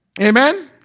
Amen